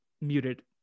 muted